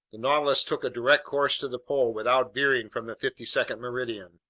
the nautilus took a direct course to the pole without veering from the fifty second meridian.